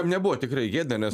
nebuvo tikrai gėda nes